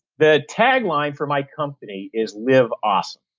the tagline for my company is live awesome.